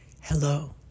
Hello